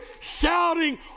shouting